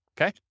Okay